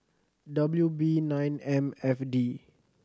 W B nine M F D